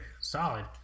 Solid